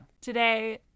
today